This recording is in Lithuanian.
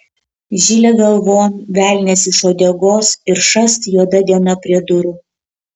žilė galvon velnias iš uodegos ir šast juoda diena prie durų